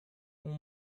ont